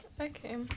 Okay